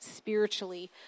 spiritually